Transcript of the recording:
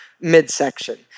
midsection